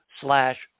slash